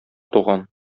туган